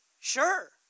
Sure